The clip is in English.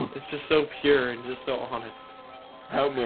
it's just so pure and just so honnest out